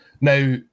Now